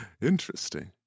Interesting